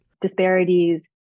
disparities